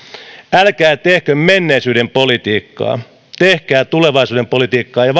älkää tehkö menneisyyden politiikkaa tehkää tulevaisuuden politiikkaa ja